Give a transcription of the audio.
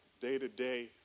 day-to-day